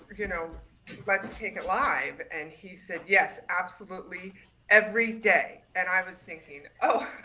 you know let's take it live and he said, yes, absolutely every day! and i was thinking, oh,